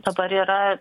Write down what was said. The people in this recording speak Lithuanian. dabar yra